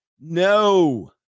no